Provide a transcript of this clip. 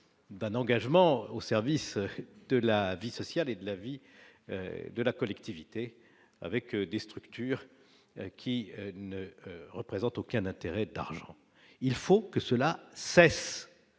d'un engagement au service de la vie sociale et de la vie de la collectivité avec des structures qui ne représente aucun intérêt d'argent il faut que cela cesse